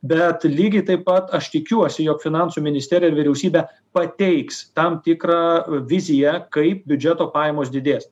bet lygiai taip pat aš tikiuosi jog finansų ministerija ir vyriausybė pateiks tam tikrą viziją kaip biudžeto pajamos didės